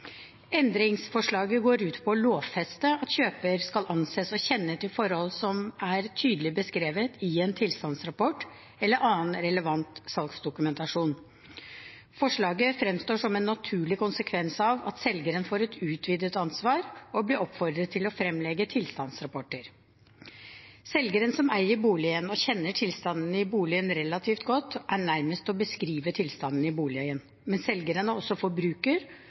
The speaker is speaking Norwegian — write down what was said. Endringsforslaget går ut på å lovfeste at kjøperen skal anses å kjenne til forhold som er tydelig beskrevet i en tilstandsrapport eller annen relevant salgsdokumentasjon. Forslaget fremstår som en naturlig konsekvens av at selgeren får et utvidet ansvar og blir oppfordret til å fremlegge tilstandsrapporter. Selgeren som eier boligen og kjenner tilstanden i boligen relativt godt, er nærmest til å beskrive tilstanden i boligen. Men selgeren er også forbruker